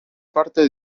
parte